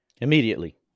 Immediately